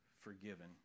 forgiven